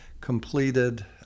completed